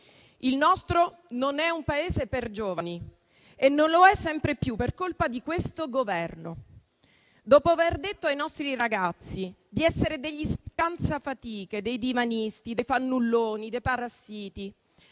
Il nostro non è un Paese per giovani e non lo è sempre più per colpa di questo Governo. Dopo aver detto ai nostri ragazzi di essere degli scansafatiche, dei "divanisti", dei fannulloni, dei parassiti,